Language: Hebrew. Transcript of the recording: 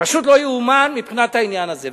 פשוט לא ייאמן מבחינת העניין הזה.